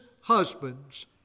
husbands